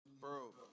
Bro